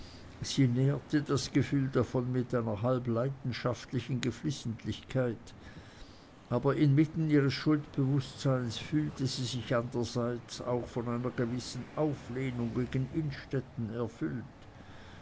das gefühl davon mit einer halb leidenschaftlichen geflissentlichkeit aber inmitten ihres schuldbewußtseins fühlte sie sich andererseits auch von einer gewissen auflehnung gegen innstetten erfüllt